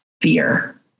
fear